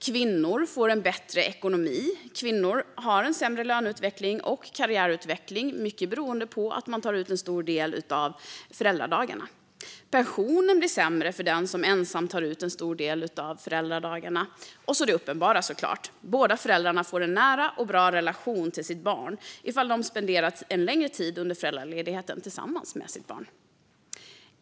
Kvinnor får en bättre ekonomi; kvinnor har en sämre löneutveckling och karriärutveckling, mycket beroende på att de tar ut en stor del av föräldradagarna. Pensionen blir sämre för den som ensam tar ut en stor del av föräldradagarna. Och så det uppenbara såklart - båda föräldrarna får en nära och bra relation till sitt barn om de spenderat en längre tid under föräldraledigheten tillsammans med sitt barn.